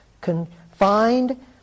confined